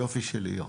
יופי של עיר.